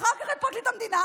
ואחר כך את פרקליט המדינה,